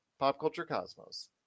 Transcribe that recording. PopCultureCosmos